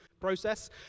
process